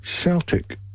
Celtic